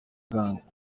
gangi